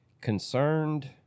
Concerned